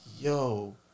Yo